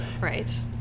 Right